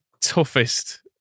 toughest